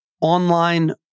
online